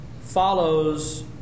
follows